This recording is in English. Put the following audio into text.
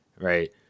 right